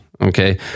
okay